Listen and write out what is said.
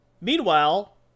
Meanwhile